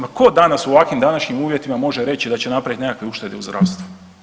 Ma tko danas u ovakvim današnjim uvjetima može reći da će napraviti nekakve uštede u zdravstvu?